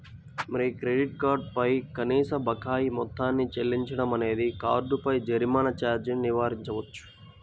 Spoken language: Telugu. మీ క్రెడిట్ కార్డ్ పై కనీస బకాయి మొత్తాన్ని చెల్లించడం అనేది కార్డుపై జరిమానా ఛార్జీని నివారించవచ్చు